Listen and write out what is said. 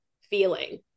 feeling